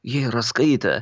jie yra skaitę